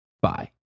bye